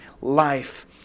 life